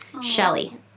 Shelly